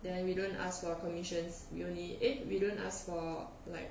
then we don't ask for commissions we only eh we don't ask for like